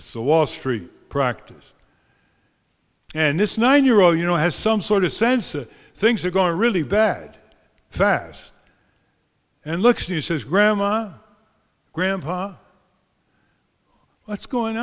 so wall street practice and this nine year old you know has some sort of sense that things are going really bad fast and looks he says grandma grandpa what's going